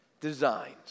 designs